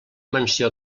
menció